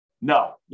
No